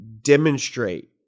demonstrate